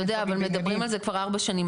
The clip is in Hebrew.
--- אבל מדברים על זה כבר ארבע שנים,